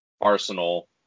Arsenal